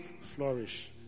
flourish